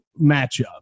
matchup